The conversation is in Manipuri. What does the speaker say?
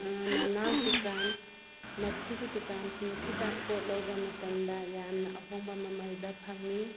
ꯅꯅꯥꯎ ꯗꯨꯀꯥꯟ ꯃꯁꯤꯒꯤ ꯗꯨꯀꯥꯟ ꯁꯤꯡꯁꯤꯗ ꯄꯣꯠ ꯂꯧꯕ ꯃꯇꯝꯗ ꯌꯥꯝꯅ ꯑꯍꯣꯡꯕ ꯃꯃꯜꯗ ꯐꯪꯏ